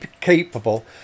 capable